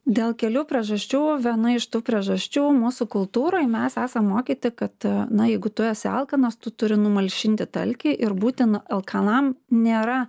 dėl kelių priežasčių viena iš tų priežasčių mūsų kultūroj mes esam mokyti kad na jeigu tu esi alkanas tu turi numalšinti tą alkį ir būti na alkanam nėra